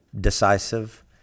decisive